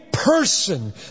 Person